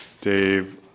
Dave